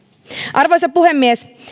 arvoisa puhemies